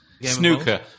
Snooker